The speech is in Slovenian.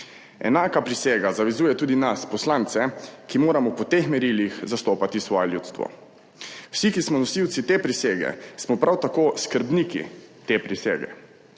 Enaka prisega zavezuje tudi nas poslance, ki moramo po teh merilih zastopati svoje ljudstvo. Vsi, ki smo nosilci te prisege, smo prav tako skrbniki te prisege.